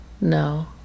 No